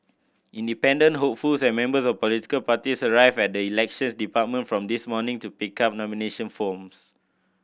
independent hopefuls and members of political parties arrived at the Elections Department from this morning to pick up nomination forms